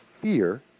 fear